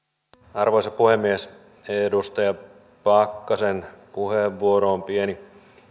arvoisa puhemies edustaja pakkasen puheenvuoroon pieni